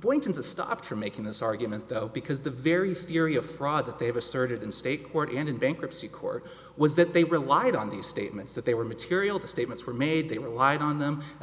going to stop for making this argument because the very theory of fraud that they have asserted in state court and in bankruptcy court was that they relied on these statements that they were material the statements were made they relied on them and